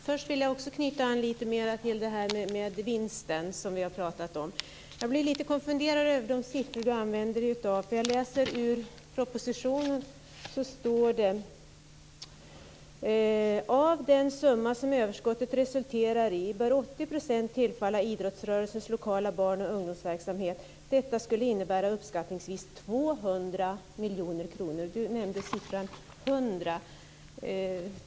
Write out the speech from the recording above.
Fru talman! Först vill jag knyta an till det här med vinsten, som vi pratat om. Jag blir konfunderad över de siffror som Lars Wegendal använder sig av. I propositionen står det: "Av den summa som överskottet resulterar i bör 80 procent tillfalla idrottsrörelsens lokala barn och ungdomsverksamhet. Detta skulle innebära uppskattningsvis 200 miljoner kronor." Lars Wegendal nämnde siffran 100.